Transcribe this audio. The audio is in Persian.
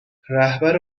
رهبر